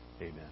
Amen